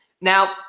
Now